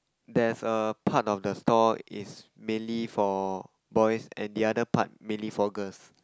there's a part of the store is mainly for boys and the other part mainly for girls